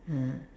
ah